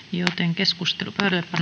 keskustelu